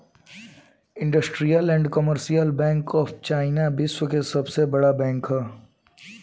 industrial and commercial bank of China विश्व की सबसे बड़का बैंक ह